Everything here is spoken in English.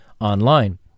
online